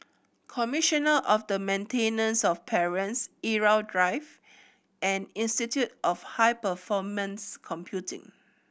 commissioner of the Maintenance of Parents Irau Drive and Institute of High Performance Computing